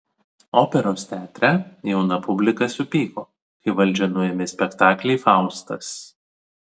operos teatre jauna publika supyko kai valdžia nuėmė spektaklį faustas